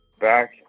Back